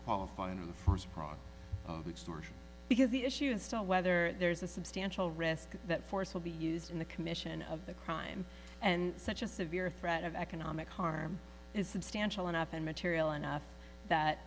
qualify in the first product because the issue is to whether there's a substantial risk that force will be used in the commission of the crime and such a severe threat of economic harm is substantial enough and material enough that